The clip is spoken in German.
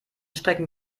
strecken